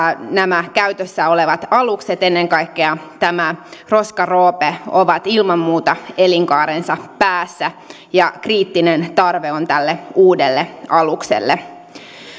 nämä käytössä olevat alukset ennen kaikkea tämä roska roope ovat ilman muuta elinkaarensa päässä ja kriittinen tarve on tälle uudelle alukselle